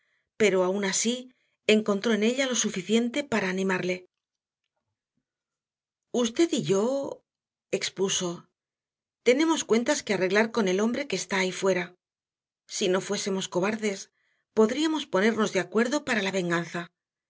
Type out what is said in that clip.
pero aun así encontró en ella lo suficiente para animarle usted y yo expuso tenemos cuentas que arreglar con el hombre que está ahí fuera si no fuésemos cobardes podríamos ponernos de acuerdo para la venganza